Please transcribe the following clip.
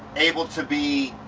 able to be